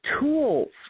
tools